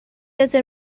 desde